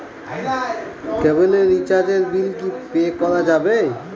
কেবিলের রিচার্জের বিল কি পে করা যাবে?